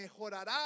mejorará